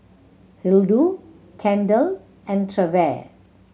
Hildur Kendell and Trever